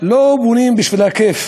לא בונים בשביל הכיף